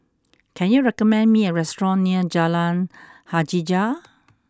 can you recommend me a restaurant near Jalan Hajijah